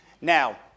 Now